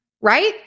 right